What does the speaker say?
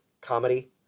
comedy